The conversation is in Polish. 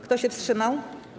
Kto się wstrzymał?